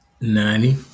ninety